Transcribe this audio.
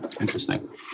Interesting